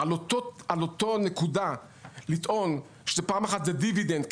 על אותה נקודה לטעון פעם אחת שזה דיבידנד,